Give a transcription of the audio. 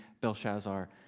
Belshazzar